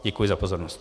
Děkuji za pozornost.